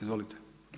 Izvolite.